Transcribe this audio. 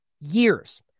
Years